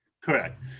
Correct